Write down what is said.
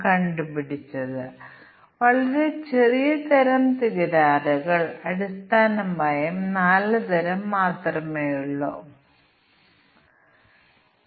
അതിനാൽ ഇവിടെ ഇത് 1 വർഷത്തിൽ കുറവാണെങ്കിൽ അത് ഒരു ലക്ഷത്തിൽ താഴെയാണെങ്കിൽ ഇതാണ് ഇവിടത്തെ അവസ്ഥ അതിനാൽ ഇവ രണ്ടും രണ്ടാണെങ്കിൽ അത് 6 ശതമാനം പലിശ നിരക്ക് നൽകുന്നു